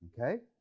Okay